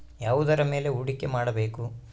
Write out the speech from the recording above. ಯಾವುದರ ಮೇಲೆ ಹೂಡಿಕೆ ಮಾಡಬೇಕು?